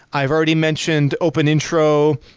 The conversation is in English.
i've already mentioned open intro.